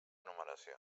numeració